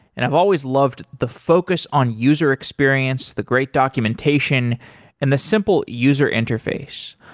and i've always loved the focus on user experience, the great documentation and the simple user interface.